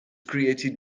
created